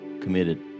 committed